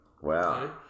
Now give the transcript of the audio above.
Wow